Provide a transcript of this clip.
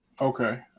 Okay